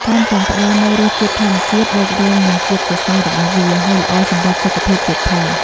ថែមទាំងផ្តល់នូវរសជាតិធម្មជាតិបូករួមនឹងជាតិសរសៃរបស់វា ហើយល្អសម្រាប់សុខភាពទៀតផង។